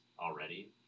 already